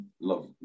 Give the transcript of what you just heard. love